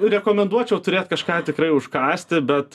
nu rekomenduočiau turėt kažką tikrai užkąsti bet